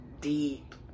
deep